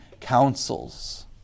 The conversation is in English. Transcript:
counsels